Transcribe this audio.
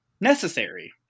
necessary